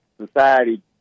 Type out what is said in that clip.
society